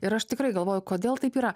ir aš tikrai galvoju kodėl taip yra